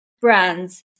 brands